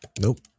Nope